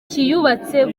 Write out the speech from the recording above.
kiyubatse